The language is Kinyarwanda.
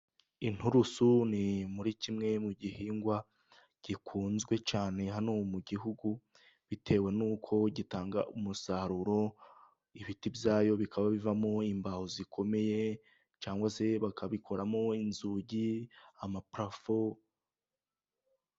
Inturusu ni m kimwe mu gihingwa gikunzwe cyane hano mu gihugu, bitewe n'uko gitanga umusaruro ibiti byayo bikaba bivamo imbaho zikomeye cyangwa se bakabikoramo inzugi n'ama parofo.